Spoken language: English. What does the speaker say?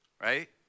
Right